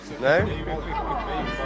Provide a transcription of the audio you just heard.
No